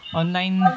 online